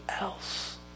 else